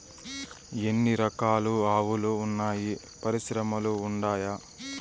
ఎన్ని రకాలు ఆవులు వున్నాయి పరిశ్రమలు ఉండాయా?